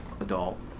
adult